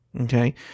Okay